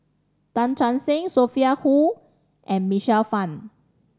Tan Che Sang Sophia Hull and Michael Fam